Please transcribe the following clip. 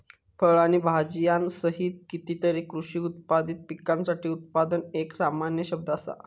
फळ आणि भाजीयांसहित कितीतरी कृषी उत्पादित पिकांसाठी उत्पादन एक सामान्य शब्द असा